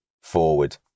forward